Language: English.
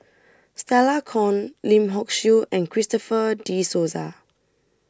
Stella Kon Lim Hock Siew and Christopher De Souza